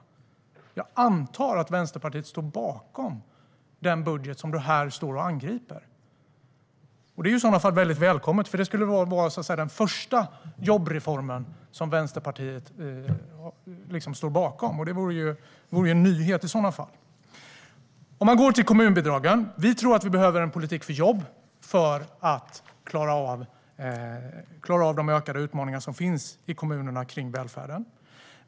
Jag antar att Vänsterpartiet står bakom den budget som du här står och angriper. Det är i så fall välkommet, för det skulle vara den första jobbreform som Vänsterpartiet står bakom. Det vore en nyhet. Låt oss tala om kommunbidragen. Vi tror att vi behöver en politik för jobb för att klara av de ökade utmaningar som finns i kommunerna kring välfärden.